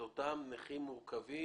את אותם נכים מורכבים,